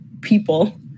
people